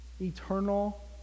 eternal